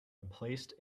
emplaced